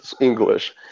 English